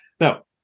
Now